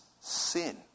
sin